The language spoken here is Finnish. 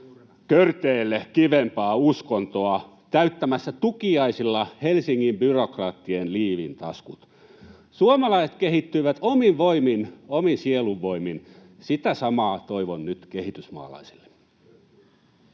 körteille kivempaa uskontoa, täyttämässä tukiaisilla Helsingin byrokraattien liivintaskut. Suomalaiset kehittyivät omin voimin, omin sielunvoimin. Sitä samaa toivon nyt kehitysmaalaisille.